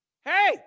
Hey